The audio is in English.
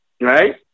right